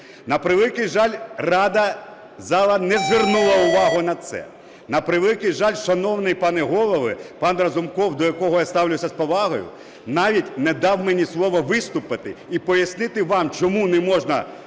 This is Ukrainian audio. На превеликий жаль, Рада, зала не звернула увагу на це. На превеликий жаль, шановні пане голови, пан Разумков, до якого я ставлюся з повагою, навіть не дав мені слова виступити і пояснити вам, чому не можна голосувати